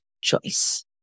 choice